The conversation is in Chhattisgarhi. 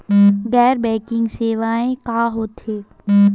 गैर बैंकिंग सेवाएं का होथे?